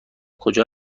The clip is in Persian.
کجا